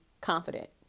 confident